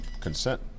consent